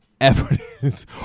evidence